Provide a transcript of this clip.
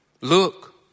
Look